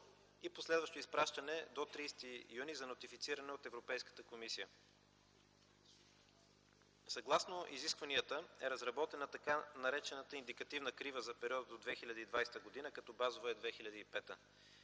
и последващо изпращане до 30 юни за нотифициране от Европейската комисия. Съгласно изискванията е разработена така наречената индикативна крива за периода до 2020 г., като базова е 2005 г.